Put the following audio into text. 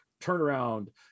turnaround